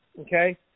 Okay